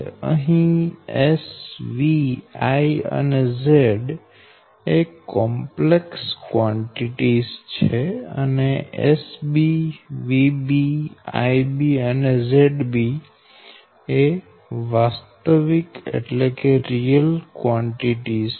અહી S V I અને Z એ કોમ્પ્લેક્સ કવાંટીટીઝ છે અને SBVBIBઅને ZBએ વાસ્તવિક કવાંટીટીઝ છે